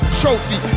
trophy